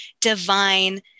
divine